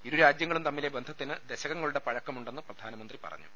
ഇരു രാജ്യ ങ്ങളും തമ്മിലെ ബന്ധത്തിന് ദശകങ്ങളുടെ പ്ഴക്കമുണ്ടെന്ന് പ്രധാ നമന്ത്രി പറഞ്ഞു